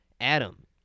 Adam